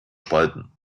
spalten